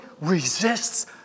resists